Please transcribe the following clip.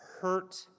hurt